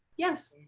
yes.